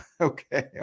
Okay